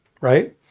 right